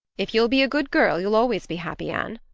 if you'll be a good girl you'll always be happy, anne.